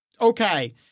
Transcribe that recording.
Okay